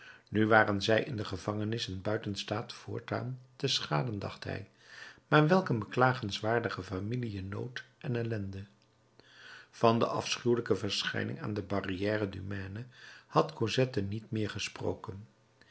nu waren zij in de gevangenis en buiten staat voortaan te schaden dacht hij maar welk een beklagenswaardige familie in nood en ellende van de afschuwelijke verschijning aan de barrière du maine had cosette niet meer gesproken